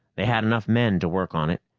they had enough men to work on it,